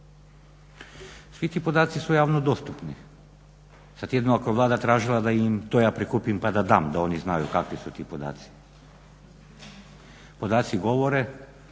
Svi ti podaci su javno dostupni. Sada jedino ako je Vlada tražila da im ja to ja prikupim pa da dam da oni znaju kakvi su ti podaci. Podaci govore